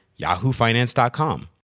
yahoofinance.com